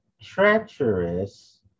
treacherous